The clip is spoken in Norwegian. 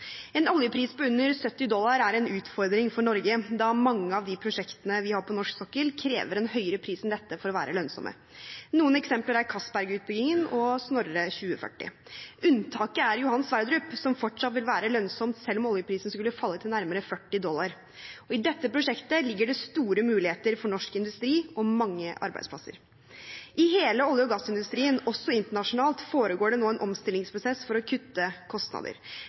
En oljepris på under 70 dollar er en utfordring for Norge, da mange av de prosjektene vi har på norsk sokkel, krever en høyere pris enn dette for å være lønnsomme. Noen eksempler er Castberg-utbyggingen og Snorre 2040. Unntaket er Johan Sverdrup-feltet, som fortsatt vil være lønnsomt selv om oljeprisen skulle falle til nærmere 40 dollar. I dette prosjektet ligger det store muligheter for norsk industri og mange arbeidsplasser. I hele olje- og gassindustrien, også internasjonalt, foregår det nå en omstillingsprosess for å kutte kostnader.